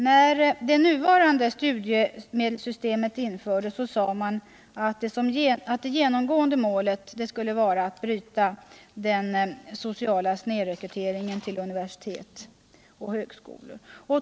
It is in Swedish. När det nuvarande studiemedelssystemet infördes, sade man att målet genomgående skulle vara att bryta den sociala snedrekryteringen till universitet och högskolor.